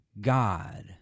God